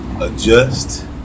Adjust